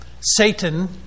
Satan